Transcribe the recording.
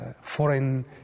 foreign